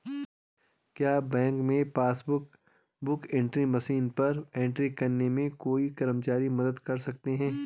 क्या बैंक में passbook book entry machine पर एंट्री करने में कोई कर्मचारी मदद कर सकते हैं?